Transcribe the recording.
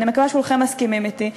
ואני מקווה שכולכם מסכימים אתי,